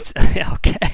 okay